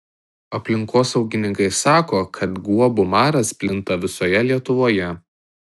aplinkosaugininkai sako kad guobų maras plinta visoje lietuvoje